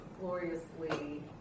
gloriously